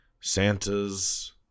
Santa's